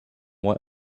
what